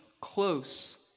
close